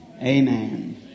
amen